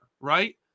right